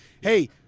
Hey